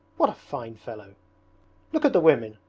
what a fine fellow look at the women,